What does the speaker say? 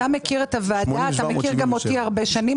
אתה מכיר את הוועדה ואתה מכיר גם אותי הרבה שנים.